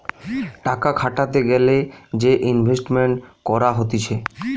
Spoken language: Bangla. টাকা খাটাতে গ্যালে যে ইনভেস্টমেন্ট করা হতিছে